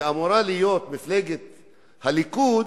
שאמורה להיות מפלגת הליכוד,